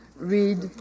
Read